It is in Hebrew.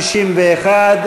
61,